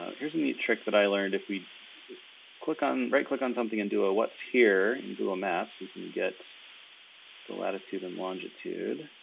here's a neat trick that i learned. if we click on, right-click on something and do a what's here in google maps, we can get the latitude and longitude.